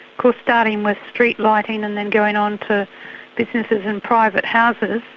course starting with street lighting and then going on to differences in private houses,